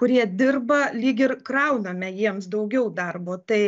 kurie dirba lyg ir krauname jiems daugiau darbo tai